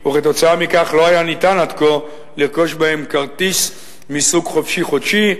וכתוצאה מכך לא היה ניתן עד כה לרכוש בהם כרטיס מסוג "חופשי-חודשי",